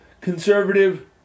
conservative